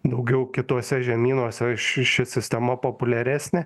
daugiau kituose žemynuose ši ši sistema populiaresnė